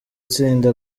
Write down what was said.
tsinda